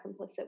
complicit